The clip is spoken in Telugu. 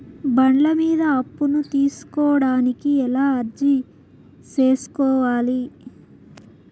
బండ్ల మీద అప్పును తీసుకోడానికి ఎలా అర్జీ సేసుకోవాలి?